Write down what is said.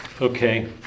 Okay